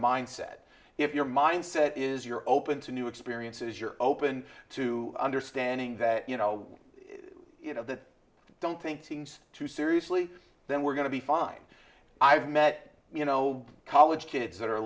mindset if your mindset is you're open to new experiences you're open to understanding that you know you know that i don't think things too seriously then we're going to be fine i've met you know college kids that are a